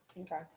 Okay